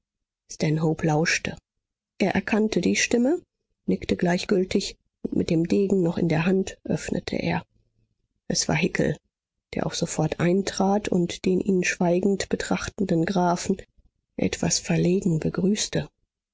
lauschte er erkannte die stimme nickte gleichgültig und mit dem degen noch in der hand öffnete er es war hickel der auch sofort eintrat und den ihn schweigend betrachtenden grafen etwas verlegen begrüßte